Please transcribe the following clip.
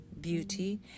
beauty